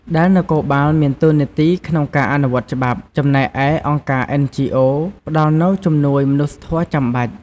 ដែលនគរបាលមានតួនាទីក្នុងការអនុវត្តច្បាប់ ចំណែកឯអង្គការ អិន ជី អូ ផ្តល់នូវជំនួយមនុស្សធម៌ចាំបាច់។